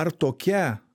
ar tokia